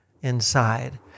inside